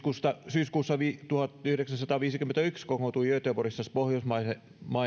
syykuussa tuhatyhdeksänsataaviisikymmentäyksi kokoontui göteborgissa pohjoismainen